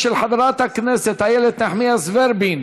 של חברת הכנסת איילת נחמיאס ורבין.